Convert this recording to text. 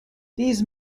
these